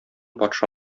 патша